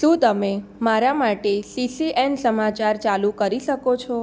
શું તમે મારા માટે સીસીએન સમાચાર ચાલું કરી શકો છો